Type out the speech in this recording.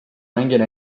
mängin